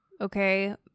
Okay